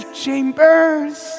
chambers